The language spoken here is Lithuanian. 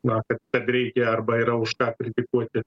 na kad kad reikia arba yra už tą kritikuoti